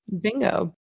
Bingo